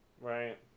right